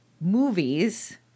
movies